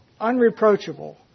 unreproachable